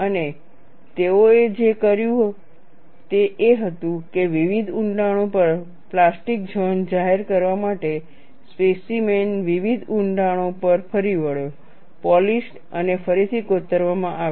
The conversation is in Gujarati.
અને તેઓએ જે કર્યું તે એ હતું કે વિવિધ ઊંડાણો પર પ્લાસ્ટિક ઝોન જાહેર કરવા માટે સ્પેસીમેન વિવિધ ઊંડાણો પર ફરી વળ્યો પોલિશ્ડ અને ફરીથી કોતરવામાં આવ્યો